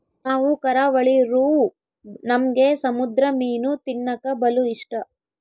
ನಾವು ಕರಾವಳಿರೂ ನಮ್ಗೆ ಸಮುದ್ರ ಮೀನು ತಿನ್ನಕ ಬಲು ಇಷ್ಟ